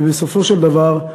ובסופו של דבר,